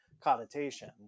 connotation